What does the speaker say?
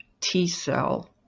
T-cell